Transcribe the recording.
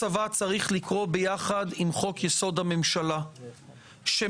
הצבא צריך לקרוא ביחד עם חוק-יסוד: הממשלה שמעגן,